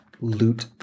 Loot